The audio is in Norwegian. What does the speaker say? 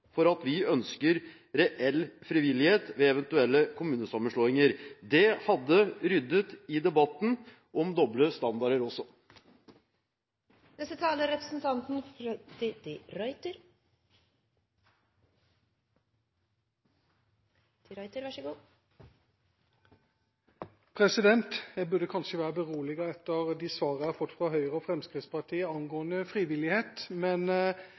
for at vi ønsker reell frivillighet ved eventuelle kommunesammenslåinger. Det hadde ryddet i debatten om doble standarder. Jeg burde kanskje være beroliget etter de svarene jeg har fått fra Høyre og Fremskrittspartiet angående frivillighet, men